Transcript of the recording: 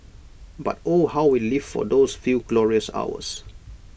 but oh how we lived for those few glorious hours